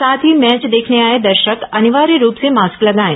साथ ही मैच देखने आए दर्शक अनिवार्य रूप से मास्क लगाएं